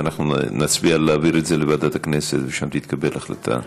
נצביע על העברה לוועדת הכנסת, ושם תתקבל החלטה.